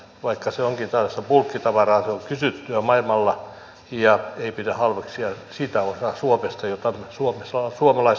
vaikka se onkin tällaista bulkkitavaraa se on kysyttyä maailmalla ja ei pidä halveksia sitä minkä suomalaiset osaavat